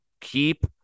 Keep